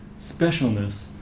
specialness